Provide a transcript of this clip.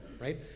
right